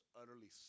utterly